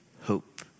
hope